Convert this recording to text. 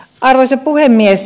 arvoisa puhemies